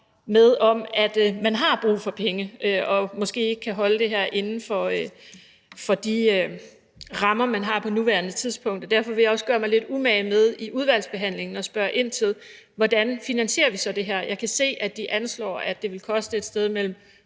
med, om, at man har brug for penge og måske ikke kan holde det her inden for de rammer, man har på nuværende tidspunkt. Derfor vil jeg også gøre mig lidt umage med i udvalgsbehandlingen at spørge ind til, hvordan vi så finansierer det her. Jeg kan se, at de anslår, at det vil koste et sted mellem